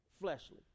fleshly